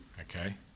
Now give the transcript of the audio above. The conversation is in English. Okay